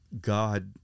God